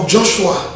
Joshua